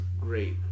great